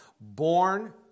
Born